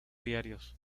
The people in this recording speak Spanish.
diarios